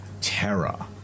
terror